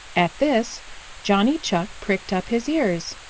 at this johnny chuck pricked up his ears.